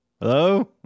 hello